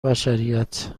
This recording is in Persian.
بشریت